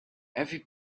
every